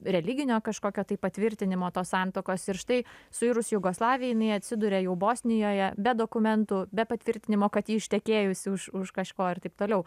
religinio kažkokio tai patvirtinimo tos santuokos ir štai suirus jugoslavijai jinai atsiduria jau bosnijoje be dokumentų be patvirtinimo kad ji ištekėjusi už už kažko ir taip toliau